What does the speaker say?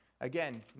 Again